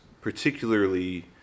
particularly